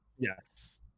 Yes